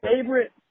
favorite